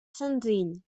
senzill